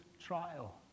trial